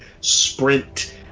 sprint